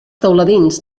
teuladins